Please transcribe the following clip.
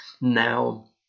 Now